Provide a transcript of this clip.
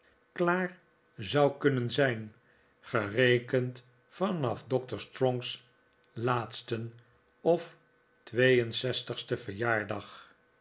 klaar zou kunnen zijn gerekend vanaf doctor strong's laatsten of twee en zestigsten verjaardag